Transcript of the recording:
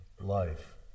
life